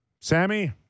Sammy